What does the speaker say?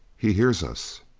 he hears us!